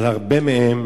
אבל הרבה מהם